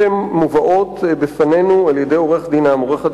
אשר עורר את